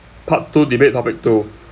part two debate topic two